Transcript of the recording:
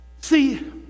See